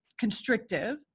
constrictive